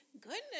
Goodness